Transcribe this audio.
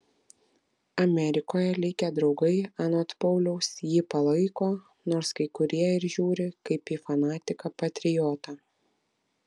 amerikoje likę draugai anot pauliaus jį palaiko nors kai kurie ir žiūri kaip į fanatiką patriotą